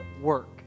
work